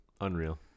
unreal